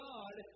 God